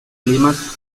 climas